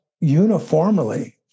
uniformly